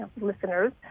listeners